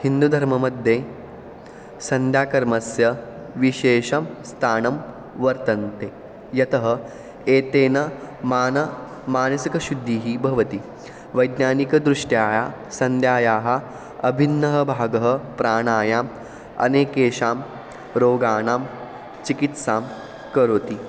हिन्दुधर्मध्ये सन्ध्याकर्मस्य विशेषं स्थानं वर्तते यतः एतेन मानवस्य मानसिकशुद्धिः भवति वैज्ञानिकदृष्ट्या सन्ध्यायाः अभिन्नः भागः प्राणायामः अनेकेषां रोगाणां चिकित्सां करोति